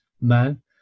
man